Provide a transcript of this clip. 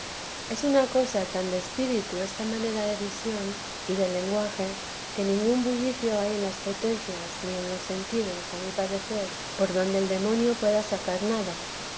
es una cosa tan de espíritu esta manera de visión y de lenguaje que ningún bullicio hay en las potencias ni en los sentidos a mi parecer por donde el demonio pueda sacar nada